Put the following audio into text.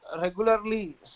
regularly